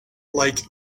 like